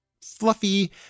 fluffy